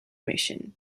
mission